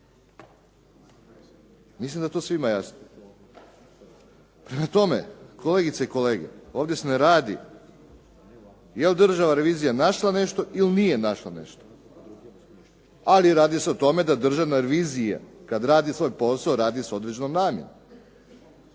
Mislim da je to svima jasno. Prema tome, kolegice i kolege, ovdje se ne radi je li Državna revizija našla nešto ili nije našla nešto, ali radi se o tome da Državna revizija kad radi svoj posao, radi s određenom namjenom.